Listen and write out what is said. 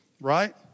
right